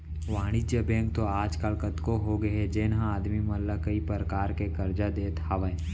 वाणिज्य बेंक तो आज काल कतको होगे हे जेन ह आदमी मन ला कई परकार के करजा देत हावय